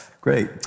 great